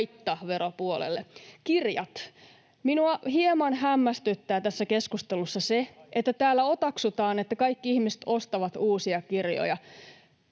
haittaveropuolelle. Kirjat: Minua hieman hämmästyttää tässä keskustelussa se, että täällä otaksutaan, että kaikki ihmiset ostavat uusia kirjoja.